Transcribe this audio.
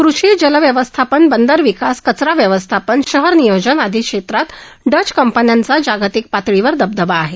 कृषी जल व्यवस्थापन बंदर विकास कचरा व्यवस्थापन शहर नियोजन इत्यादी क्षेत्रात डच कंपन्यांचा जागतिक पातळीवर दबदबा आहे